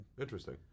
Interesting